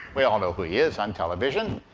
we all know who he is on television.